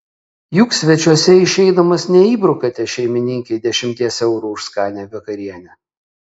juk svečiuose išeidamas neįbrukate šeimininkei dešimties eurų už skanią vakarienę